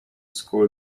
school